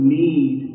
need